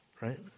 right